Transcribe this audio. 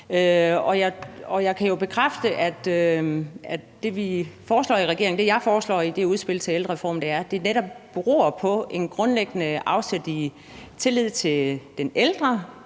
Jeg kan bekræfte, at det, jeg foreslår i det udspil til ældrereformen, grundlæggende tager afsæt i tilliden til den ældre,